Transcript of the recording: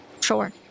Sure